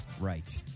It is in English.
Right